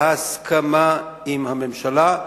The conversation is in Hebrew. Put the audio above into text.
בהסכמה עם הממשלה.